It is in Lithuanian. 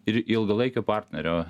ir ilgalaikio partnerio